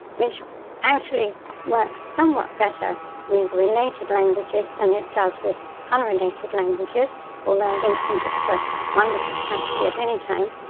which actually works somewhat better with related languages than it does with unrelated languages, although i don't think it's a wonderful strategy at any time,